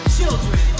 children